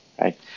right